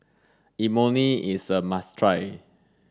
Imoni is a must try